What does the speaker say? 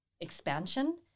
expansion